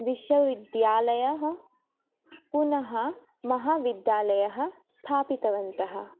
विश्वविद्यालयः पुनः महाविद्यालयः स्थापितवन्तः